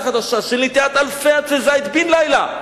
חדשה של נטיעת אלפי עצי זית בן לילה.